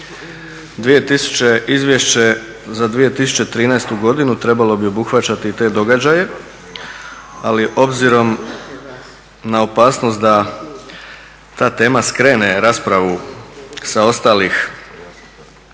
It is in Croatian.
Izvješće za 2013. godinu trebalo bi obuhvaćati i te događaje, ali obzirom na opasnost da ta tema krene raspravu sa ostalih